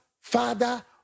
father